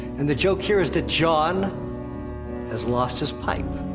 and the joke here is that jon has lost his pipe.